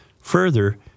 further